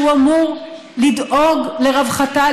שהוא אמור לדאוג לרווחתה,